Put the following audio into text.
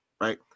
right